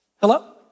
Hello